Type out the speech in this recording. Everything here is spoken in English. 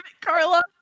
Carla